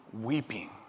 weeping